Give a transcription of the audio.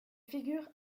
figure